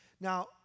Now